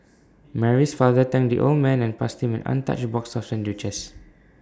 Mary's father thanked the old man and passed him an untouched box of sandwiches